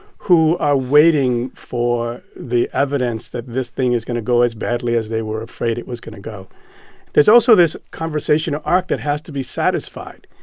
who are waiting for the evidence that this thing is going to go as badly as they were afraid it was going to go there's also this conversation arc that has to be satisfied.